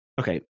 okay